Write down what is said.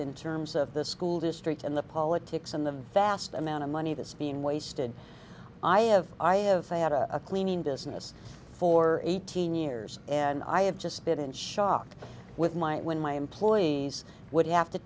in terms of the school district and the politics and the vast amount of money that's being wasted i have i have had a cleaning business for eighteen years and i have just been in shock with my when my employees would have to